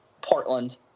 portland